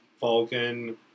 Falcon